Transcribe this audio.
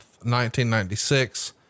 1996